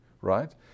right